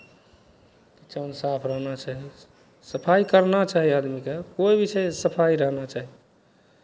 kitchen साफ रहना चाही सफाइ करना चाही आदमीकेँ कोइ भी छै सफाइ रहना चाही